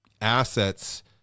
assets